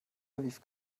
aviv